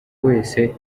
wese